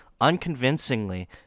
unconvincingly